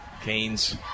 Canes